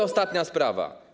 Ostatnia sprawa.